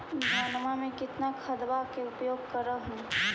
धानमा मे कितना खदबा के उपयोग कर हू?